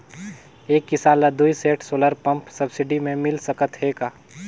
एक किसान ल दुई सेट सोलर पम्प सब्सिडी मे मिल सकत हे का?